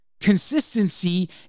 consistency